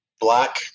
black